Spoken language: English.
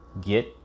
get